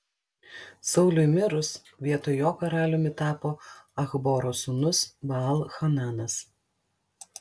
sauliui mirus vietoj jo karaliumi tapo achboro sūnus baal hananas